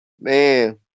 Man